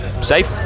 safe